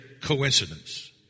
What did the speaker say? coincidence